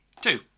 Two